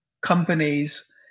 companies